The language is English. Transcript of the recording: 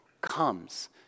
comes